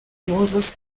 dosis